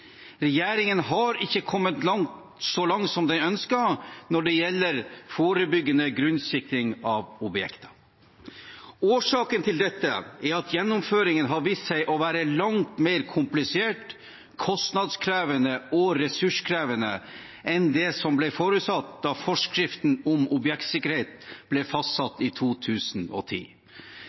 regjeringen har ikke kommet så langt som den ønsket når det gjelder forebyggende grunnsikring av objekter. Årsaken til dette er at gjennomføringen har vist seg å være langt mer komplisert, kostnadskrevende og ressurskrevende enn det som ble forutsatt da forskriften om objektsikkerhet ble fastsatt i 2010.